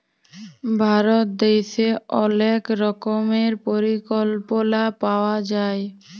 ভারত দ্যাশে অলেক রকমের পরিকল্পলা পাওয়া যায়